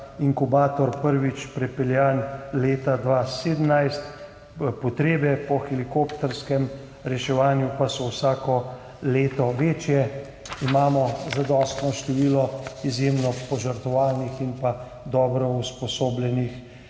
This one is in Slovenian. inkubator je bil prvič prepeljan leta 2017, potrebe po helikopterskem reševanju pa so vsako leto večje. Imamo zadostno število izjemno požrtvovalnih in dobro usposobljenih